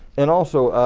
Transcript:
and also,